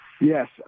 Yes